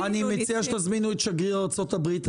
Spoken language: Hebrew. אני מציע שתזמינו את שגריר ארצות הברית.